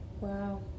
Wow